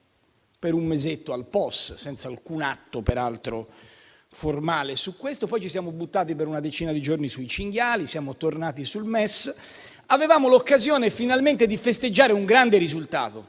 per un mesetto al Pos, peraltro senza alcun atto formale su questo; ci siamo buttati per una decina di giorni sui cinghiali e poi siamo tornati sul MES. Avevamo l'occasione finalmente di festeggiare un grande risultato: